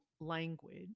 language